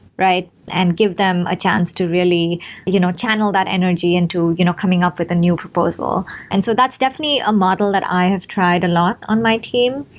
right? and give them a chance to really you know channel that energy into you know coming up with a new proposal. and so that's definitely a model that i have tried a lot on my team,